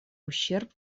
ущерб